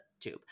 tube